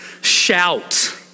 Shout